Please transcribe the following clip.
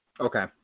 Okay